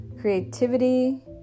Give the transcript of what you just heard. creativity